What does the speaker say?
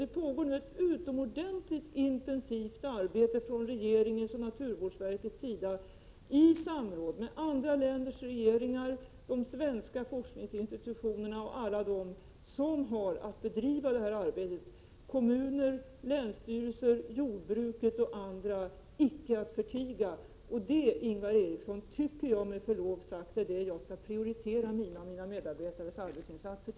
Det pågår nu ett utomordentligt intensivt arbete från regeringens och naturvårdsverkets sida, i samråd med andra länders regeringar, svenska forskningsinstitutioner och alla dem som har att bedriva detta arbete — kommuner, länsstyrelser, jordbruket och andra icke att förtiga. Detta, Ingvar Eriksson, tycker jag med förlov sagt är det som jag skall prioritera när det gäller mina och mina medarbetares arbetsinsatser.